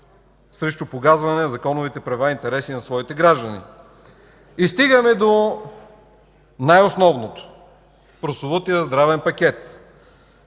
срещу погазване на законовите права и интереси на своите граждани. Стигаме до най-основното – прословутия здравен пакет.